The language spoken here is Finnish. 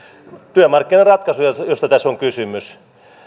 työmarkkinaratkaisua josta tässä on kysymys